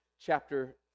chapter